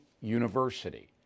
University